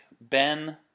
Ben